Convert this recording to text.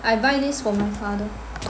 I buy this for my father